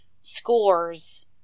scores